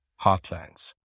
heartlands